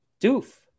Doof